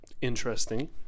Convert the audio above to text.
interesting